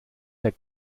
der